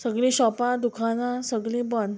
सगळीं शॉपां दुकानां सगळीं बंद